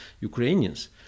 Ukrainians